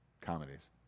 comedies